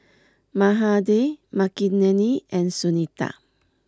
Mahade Makineni and Sunita